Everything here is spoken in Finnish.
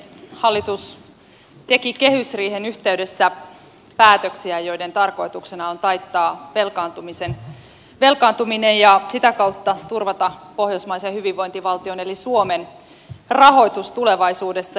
hallitus teki kehysriihen yhteydessä päätöksiä joiden tarkoituksena on taittaa velkaantuminen ja sitä kautta turvata pohjoismaisen hyvinvointivaltion eli suomen rahoitus tulevaisuudessa